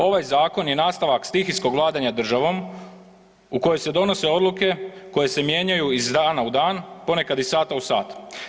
Ovaj zakon je nastavak stihijskog vladanja državom u kojoj se donose odluke koje se mijenjaju iz dana u dan, ponekad iz sata u sat.